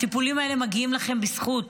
הטיפולים האלה מגיעים לכם בזכות